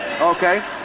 Okay